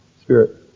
spirit